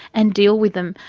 and deal with them.